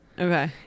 okay